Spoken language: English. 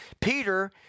Peter